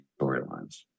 storylines